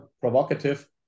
provocative